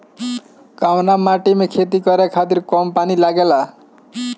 कौन सा मिट्टी में खेती करे खातिर कम पानी लागेला?